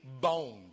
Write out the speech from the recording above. bones